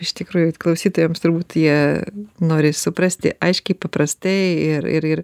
iš tikrųjų klausytojams turbūt jie nori suprasti aiškiai paprastai ir ir ir